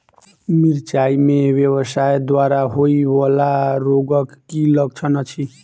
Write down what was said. मिरचाई मे वायरस द्वारा होइ वला रोगक की लक्षण अछि?